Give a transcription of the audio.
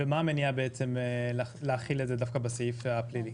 מה המניע להחיל את זה דווקא בסעיף הפלילי?